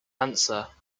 answer